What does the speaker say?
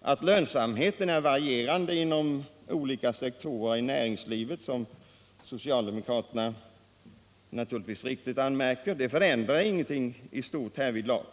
Att lönsamheten är varierande inom olika sektorer i näringslivet, som socialdemokraterna naturligtvis anför, förändrar ingenting i stort härvidlag.